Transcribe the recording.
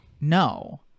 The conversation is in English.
No